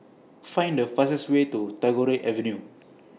Find The fastest Way to Tagore Avenue